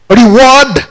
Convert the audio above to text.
reward